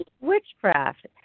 witchcraft